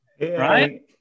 right